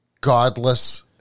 godless